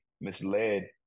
misled